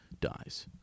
dies